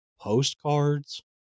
postcards